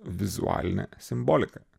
vizualinė simbolika